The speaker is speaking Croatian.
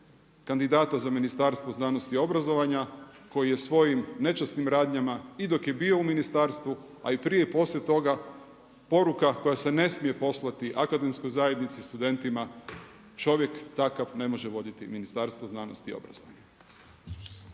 kandidata za Ministarstvo znanosti i obrazovanja koji je svojim nečasnim radnjama i dok je bio u ministarstvu, a i prije i poslije toga poruka koja se ne smije poslati akademskoj zajednici, studentima, čovjek takav ne može voditi Ministarstvo znanosti i obrazovanja.